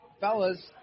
Fellas